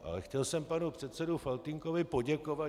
Ale chtěl jsem panu předsedovi Faltýnkovi poděkovat.